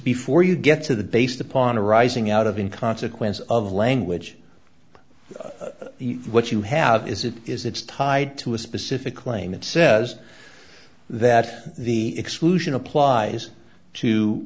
before you get to the based upon arising out of in consequence of language what you have is it is it's tied to a specific claim it says that the exclusion applies to